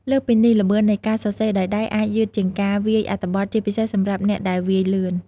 លើសពីនេះ ល្បឿននៃការសរសេរដោយដៃអាច យឺតជាងការវាយ អត្ថបទ ជាពិសេសសម្រាប់អ្នកដែលវាយលឿន។